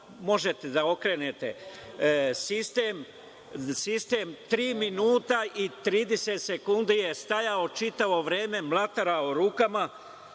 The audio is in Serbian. možete da okrenete sistem tri minuta i 30 sekundi je stajao čitavo vreme, mlatarao rukama,